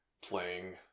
playing